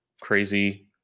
crazy